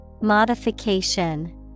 Modification